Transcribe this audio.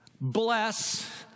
bless